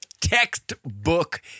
textbook